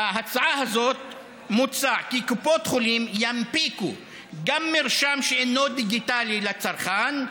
בהצעה הזאת מוצע כי קופות חולים ינפיקו גם מרשם שאינו דיגיטלי לצרכן,